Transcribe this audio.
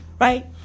right